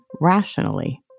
rationally